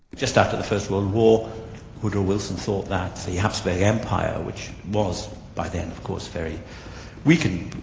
just after the first world war woodrow wilson thought that the hapsburg empire, which was by then of course very weakened,